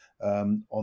On